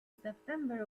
september